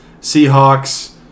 Seahawks